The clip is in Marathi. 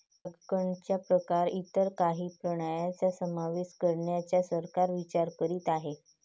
परागकणच्या प्रकारात इतर काही प्राण्यांचा समावेश करण्याचा सरकार विचार करीत आहे